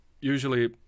usually